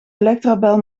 electrabel